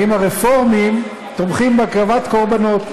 האם הרפורמים תומכים בהקרבת קורבנות?